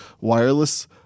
wireless